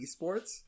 esports